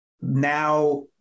now